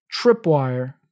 tripwire